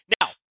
Now